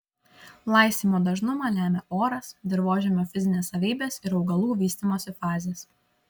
laistymo dažnumą lemia oras dirvožemio fizinės savybės ir augalų vystymosi fazės